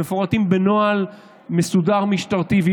הם מפורטים בנוהל משטרתי מסודר,